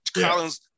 Collins